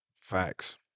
Facts